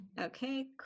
Okay